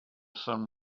sun